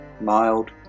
mild